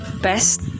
best